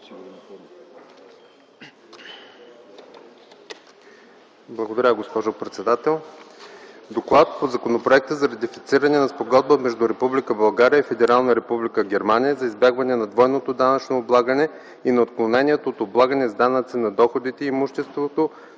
Благодаря, госпожо председател.